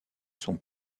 sont